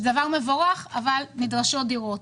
זה דבר מבורך אבל נדרשות דירות.